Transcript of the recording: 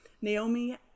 naomi